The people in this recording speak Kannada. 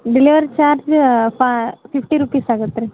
ಡೆಲಿವರಿ ಚಾರ್ಜ್ ಫ ಫಿಫ್ಟಿ ರುಪೀಸ್ ಆಗುತ್ತೆ ರೀ